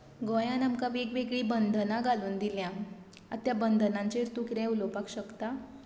गोंयांत आमकां वेगवेगळीं बंधनां घालून दिल्यां त्या बंधनांचेर तूं कितें उलोवंक शकता